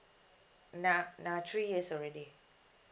now now years already